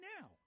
now